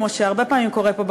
כמו שהרבה פעמים קורה פה,